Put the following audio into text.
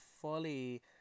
fully